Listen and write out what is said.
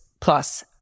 plus